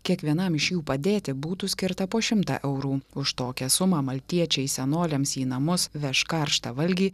kiekvienam iš jų padėti būtų skirta po šimtą eurų už tokią sumą maltiečiai senoliams į namus veš karštą valgį